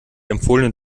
empfohlene